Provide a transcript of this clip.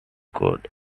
code